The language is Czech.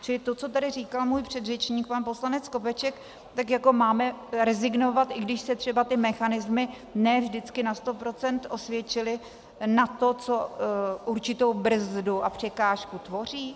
Čili to, co tady říkal můj předřečník pan poslanec Skopeček, tak jako máme rezignovat, i když se třeba ty mechanismy ne vždycky na sto procent osvědčily, na to, co určitou brzdu a překážku tvoří?